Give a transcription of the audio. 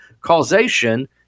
Causation